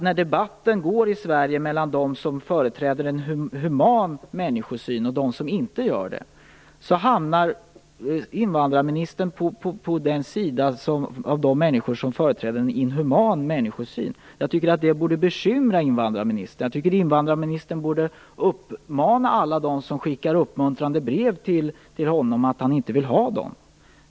När debatten i Sverige går mellan dem som företräder en human människosyn och dem som inte gör det hamnar invandrarministern på den sida som företräder en inhuman människosyn. Jag tycker att det borde bekymra invandrarministern. Jag tycker att invandrarministern borde säga till alla som skickar uppmuntrande brev till honom att han inte vill ha dem.